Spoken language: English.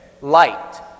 Light